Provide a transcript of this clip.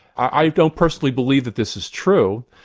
i don't personally believe that this is true,